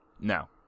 No